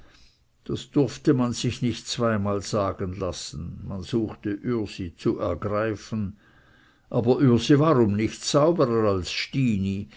das durfte man sich nicht zweimal sagen lassen man suchte ürsi zu ergreifen aber ürsi war um nichts sauberer als stini